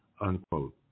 unquote